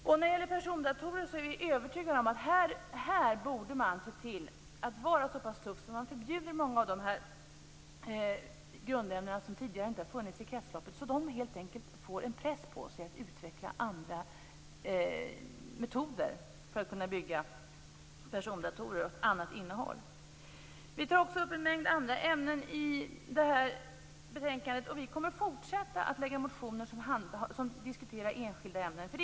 När det gäller persondatorer är vi övertygade om att man borde se till att vara så tuff att man förbjuder många av de grundämnen som finns i datorer och som tidigare inte har funnits i kretsloppet, så att det helt enkelt blir en press att utveckla andra metoder för att kunna bygga persondatorer med ett annat innehåll. Vi tar också upp en mängd andra ämnen i motioner som behandlas i detta betänkande, och vi kommer att fortsätta att väcka motioner som berör enskilda ämnen.